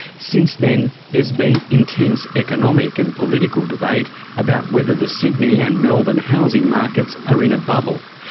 since then there's been intense economic and political debate about whether the sydney and melbourne housing markets are in a bubble,